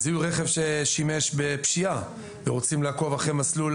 זיהוי רכב ששימש בפשיעה ורוצים לעקוב אחרי מסלול